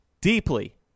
deeply